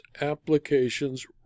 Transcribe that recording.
applications